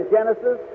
Genesis